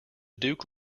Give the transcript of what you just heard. duke